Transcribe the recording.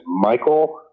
Michael